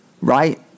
Right